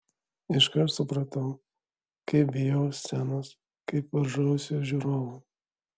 iškart supratau kaip bijau scenos kaip varžausi žiūrovų